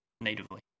natively